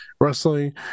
wrestling